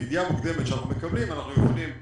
בעקבות ידיעה מוקדמת שאנחנו מקבלים אנחנו יכולים להיערך,